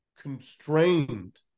constrained